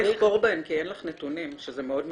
לכפור בהן כי אין לך נתונים שזה מאוד מצער.